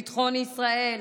ביטחון ישראל,